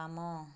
ବାମ